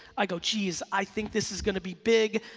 i got geez, i think this is gonna be big.